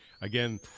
Again